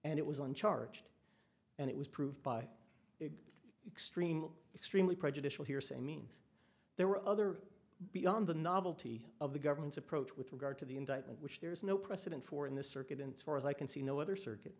and it was on charged and it was proved by extremely extremely prejudicial hearsay means there were other beyond the novelty of the government's approach with regard to the indictment which there is no precedent for in the circuit insofar as i can see no other circuit